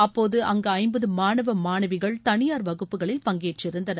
அப்போது அங்கு ஜம்பது மாணவ மாணவிகள் தனியார் வகுப்புகளில் பங்கேற்றிருந்தனர்